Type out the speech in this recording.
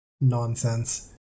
nonsense